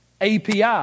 API